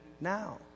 now